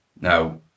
Now